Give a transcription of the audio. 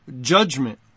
judgment